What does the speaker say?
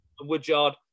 Woodyard